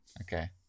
Okay